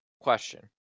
question